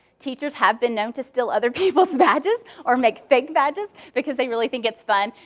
teachers have been known to steal other people's badges, or make fake badges because they really think it's fun.